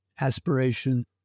aspiration